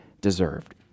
deserved